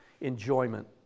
enjoyment